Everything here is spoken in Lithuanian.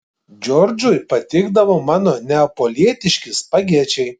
džordžui patikdavo mano neapolietiški spagečiai